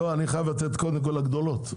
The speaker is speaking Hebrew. אני חייבת לתת קודם כל לגדולות.